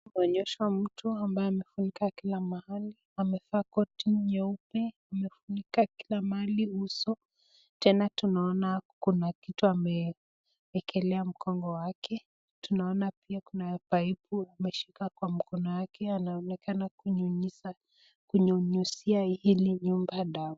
Konyeshea mtu ambaye amefungua Kila mahali amefaa koti nyeupe smefunika Kila mahali uso tena tunaona Ako na kitu anbaye amewekelea mgogo yake tunaona pia Kuna paipu ameshika Kwa mkono yake na kuonekana kunyunyisia hi nyumba dawa.